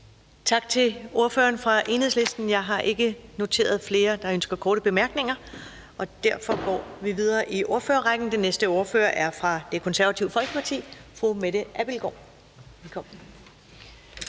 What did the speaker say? Tak til ordføreren for Enhedslisten. Jeg har ikke noteret flere, der ønsker korte bemærkninger. Derfor går vi videre i ordførerrækken. Den næste ordfører er fra Det Konservative Folkeparti, fru Mette Abildgaard. Velkommen.